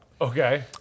Okay